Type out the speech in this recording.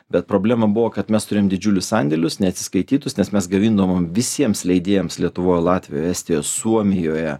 bet problema buvo kad mes turėjom didžiulius sandėlius neatsiskaitytus nes mes gamindavom visiems leidėjams lietuvoj latvijoj estijoj suomijoje